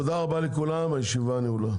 תודה רבה לכולם, הישיבה נעולה.